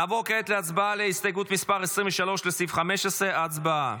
נעבור כעת להצבעה על הסתייגות 23 לסעיף 15. הצבעה.